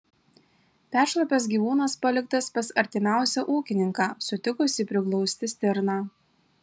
peršlapęs gyvūnas paliktas pas artimiausią ūkininką sutikusį priglausti stirną